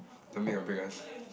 the make or break one